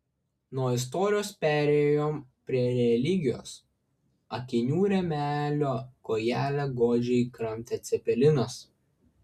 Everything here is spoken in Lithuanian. nuo istorijos perėjom prie religijos akinių rėmelio kojelę godžiai kramtė cepelinas